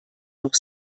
noch